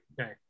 okay